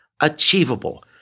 achievable